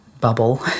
bubble